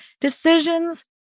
decisions